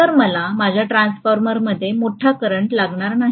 तर मला माझ्या ट्रान्सफॉर्मरमध्ये मोठा करंट लागणार नाही